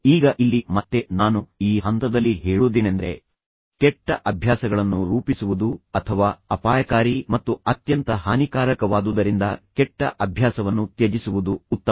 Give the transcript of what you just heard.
ಈಗ ಇಲ್ಲಿ ಮತ್ತೆ ನಾನು ಈ ಹಂತದಲ್ಲಿ ಹೇಳೋದೇನೆಂದರೆ ಕೆಟ್ಟ ಅಭ್ಯಾಸಗಳನ್ನು ರೂಪಿಸುವುದು ಅಥವಾ ಅಪಾಯಕಾರಿ ಮತ್ತು ಅತ್ಯಂತ ಹಾನಿಕಾರಕವಾದುದರಿಂದ ಕೆಟ್ಟ ಅಭ್ಯಾಸವನ್ನು ತ್ಯಜಿಸುವುದು ಉತ್ತಮ